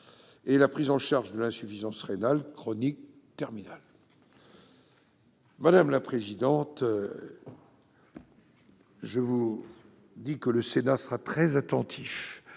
; la prise en charge de l'insuffisance rénale chronique terminale. Madame la Première présidente, le Sénat sera très attentif